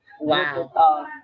Wow